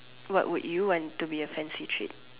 what would you want to be a fancy treat